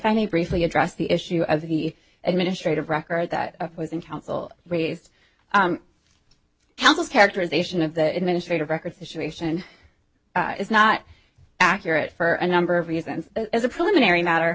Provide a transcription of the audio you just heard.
may briefly address the issue of the administrative record that was in council raised how this characterization of the administrative records situation is not accurate for a number of reasons as a preliminary matter